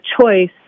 choice